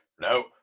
no